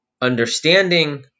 understanding